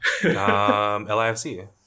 LIFC